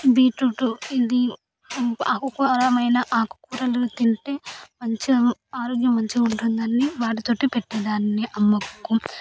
beetroot ఆరోగ్యకరమైన ఆకుకూరలు తింటే మంచిగా ఆరోగ్యం మంచిగా ఉంటుందని వాటితోనే పెట్టేదాన్ని అమ్మకు కూరలు